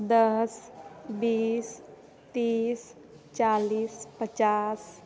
दस बीस तीस चालीस पचास